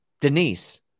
Denise